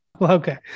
Okay